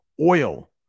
Oil